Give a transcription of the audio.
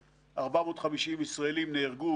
שאנחנו עוזבים בתים.